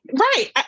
right